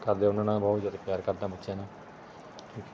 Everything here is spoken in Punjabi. ਕਰਦੇ ਆ ਉਹਨਾਂ ਨਾਲ ਬਹੁਤ ਜ਼ਿਆਦਾ ਪਿਆਰ ਕਰਦਾ ਬੱਚਿਆਂ ਨੂੰ ਥੈਂਕ ਯੂ